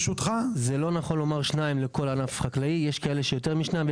זה לא נכון לומר שניים לכל ענף חקלאי יש כאלה שיותר משניים,